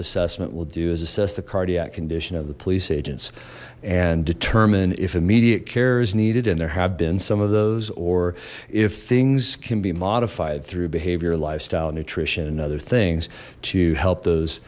assessment will do is assess the cardiac condition of the police agents and determine if immediate care is needed and there have been some of those or if things can be modified through behavior lifestyle nutrition and other things to help those